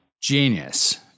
genius